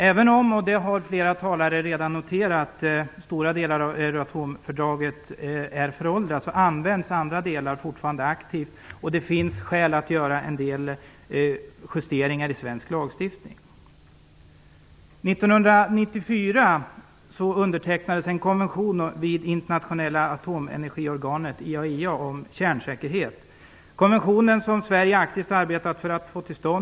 Även om, och det har flera talare redan noterat, stora delar av Euratomfördraget är föråldrade, används andra delar fortfarande aktivt, och det finns skäl att göra en del justeringar i svensk lagstiftning. År 1994 undertecknades en konvention vid Internationella atomenergiorganet, IAEA, om kärnsäkerhet. Sverige har aktivt arbetat för att få konventionen till stånd.